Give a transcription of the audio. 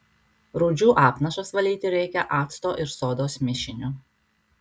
rūdžių apnašas valyti reikia acto ir sodos mišiniu